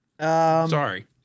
Sorry